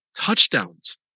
touchdowns